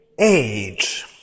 Age